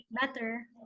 Better